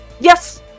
yes